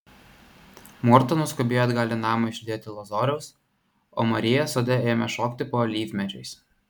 morta nuskubėjo atgal į namą išlydėti lozoriaus o marija sode ėmė šokti po alyvmedžiais